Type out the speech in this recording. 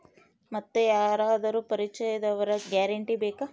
ಮತ್ತೆ ಯಾರಾದರೂ ಪರಿಚಯದವರ ಗ್ಯಾರಂಟಿ ಬೇಕಾ?